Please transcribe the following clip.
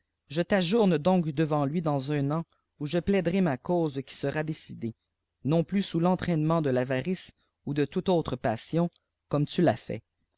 je t'ajourne donc devant lui dans un an où je plaiderai ma cause qui sera décidée non plus sous l'entraînement de l'avarice ou de tout autre passion comme tu l'as fait